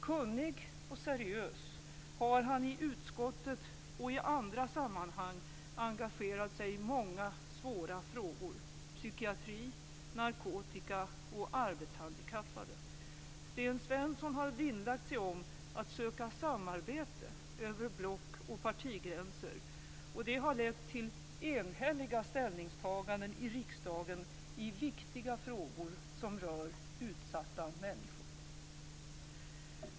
Kunnig och seriös har han i utskottet och i andra sammanhang engagerat sig i många svåra frågor Svensson har vinnlagt sig om att söka samarbete över block och partigränser, och det har lett till enhälliga ställningstaganden i riksdagen i viktiga frågor som rör utsatta människor.